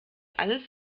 alles